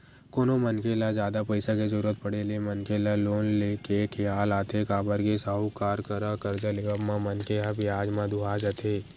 कोनो मनखे ल जादा पइसा के जरुरत पड़े ले मनखे ल लोन ले के खियाल आथे काबर के साहूकार करा करजा लेवब म मनखे ह बियाज म दूहा जथे